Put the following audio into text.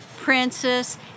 princess